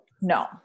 No